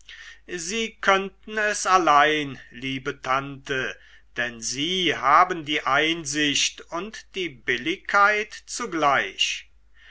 sie könnten es allein liebe tante denn sie haben die einsicht und die billigkeit zugleich